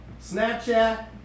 Snapchat